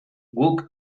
guk